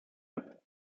habe